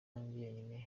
njyenyine